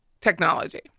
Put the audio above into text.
technology